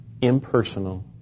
impersonal